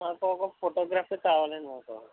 మాకొక ఫోటోగ్రఫీ కావాలండి మాకు